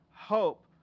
hope